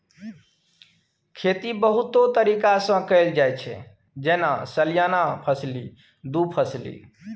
खेती बहुतो तरीका सँ कएल जाइत छै जेना सलियाना फसली, दु फसली